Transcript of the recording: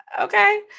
okay